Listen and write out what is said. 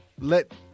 let